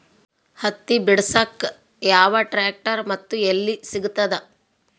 ಹತ್ತಿ ಬಿಡಸಕ್ ಯಾವ ಟ್ರ್ಯಾಕ್ಟರ್ ಮತ್ತು ಎಲ್ಲಿ ಸಿಗತದ?